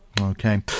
Okay